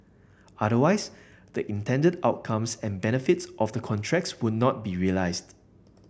otherwise the intended outcomes and benefits of the contracts would not be realised